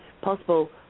possible